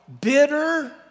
Bitter